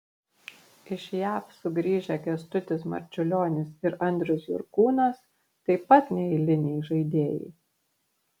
iš jav sugrįžę kęstutis marčiulionis ir andrius jurkūnas taip pat neeiliniai žaidėjai